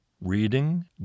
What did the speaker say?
reading